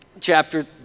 Chapter